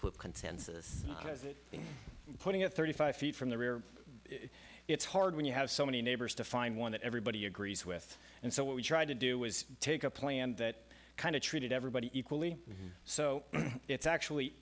been putting at thirty five feet from the rear it's hard when you have so many neighbors to find one that everybody agrees with and so what we tried to do was take a plan that kind of treated everybody equally so it's actually